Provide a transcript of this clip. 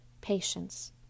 patience